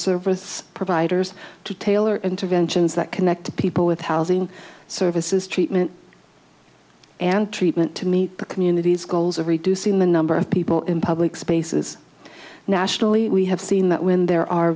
service providers to tailor interventions that connect people with housing services treatment and treatment to meet the community's goals of reducing the number of people in public spaces nationally we have seen that when there are